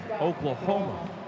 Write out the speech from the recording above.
Oklahoma